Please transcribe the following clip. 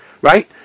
Right